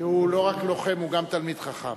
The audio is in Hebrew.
שהוא לא רק לוחם, הוא גם תלמיד חכם.